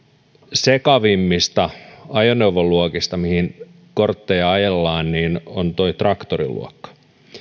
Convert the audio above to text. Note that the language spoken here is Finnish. sekavimmista ajoneuvoluokista mihin kortteja ajellaan on tuo traktoriluokka